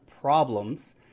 problems